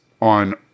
on